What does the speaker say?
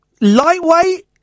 lightweight